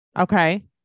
okay